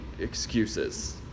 excuses